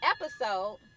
episode